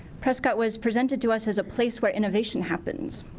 prescott was presented to us as a place where innovation happens.